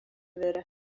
wurde